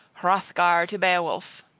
hrothgar to beowulf,